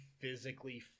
physically